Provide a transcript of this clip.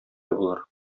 булыр